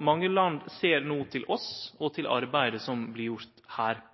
Mange land ser no til oss og til arbeidet som blir gjort her.